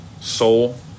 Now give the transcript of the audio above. soul